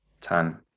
time